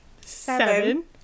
Seven